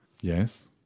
Yes